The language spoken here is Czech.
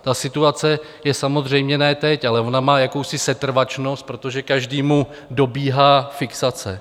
Ta situace je samozřejmě ne teď, ale ona má jakousi setrvačnost, protože každému dobíhá fixace.